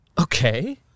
Okay